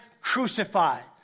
crucified